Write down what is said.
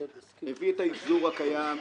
הביא את האבזור הקיים,